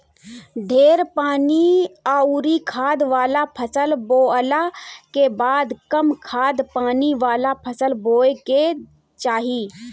ढेर पानी अउरी खाद वाला फसल बोअला के बाद कम खाद पानी वाला फसल बोए के चाही